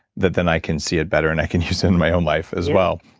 that then i can see it better and i can use it in my own life as well.